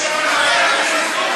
חשומה.